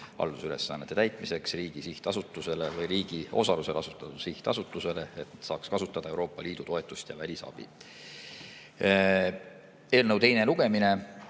haldusülesannet täitma riigi sihtasutust või riigi osalusel asutatud sihtasutust, et saaks kasutada Euroopa Liidu toetust ja välisabi. Eelnõu esimene lugemine